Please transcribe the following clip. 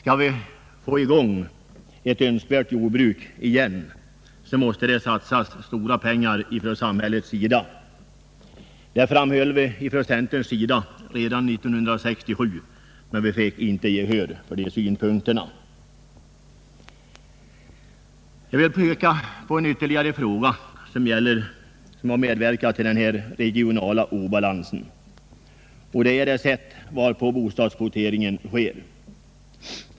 Om vi skall få igång ett jordbruk av önskvärd storlek igen måste det satsas stora belopp ifrån samhällets sida. Detta framhöll vi ifrån centerpartiets sida redan 1967 men vi fick inte gehör för de synpunkterna. Jag vill peka på ytterligare en fråga som medverkat till den regionala obalansen och det är det sätt varpå bostadskvoteringen sker.